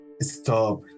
stop